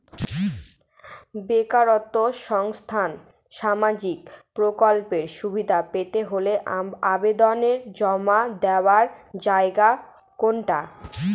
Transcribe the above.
বেকারত্ব সংক্রান্ত সামাজিক প্রকল্পের সুবিধে পেতে হলে আবেদন জমা দেওয়ার জায়গা কোনটা?